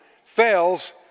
fails